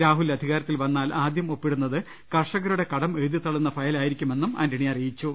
രാഹുൽ അധികാരത്തിൽ വന്നാൽ ആദ്യം ഒപ്പിടു ന്നത് കർഷകരുടെ കടം എഴുതിതള്ളുന്ന ഫയൽ ആയിരിക്കുമെന്നും ആന്റ ണി പറഞ്ഞു